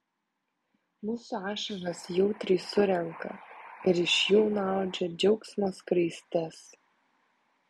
mūsų ašaras jautriai surenka ir iš jų nuaudžia džiaugsmo skraistes